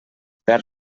perd